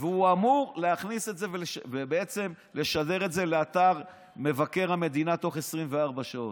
והוא אמור להכניס את זה ולשדר את זה לאתר מבקר המדינה בתוך 24 שעות,